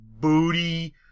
booty